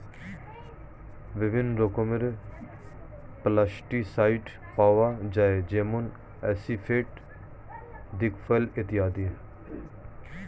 বিভিন্ন রকমের পেস্টিসাইড পাওয়া যায় যেমন আসিফেট, দিকফল ইত্যাদি